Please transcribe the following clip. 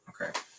Okay